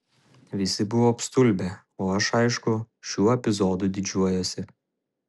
visi buvo apstulbę o aš aišku šiuo epizodu didžiuojuosi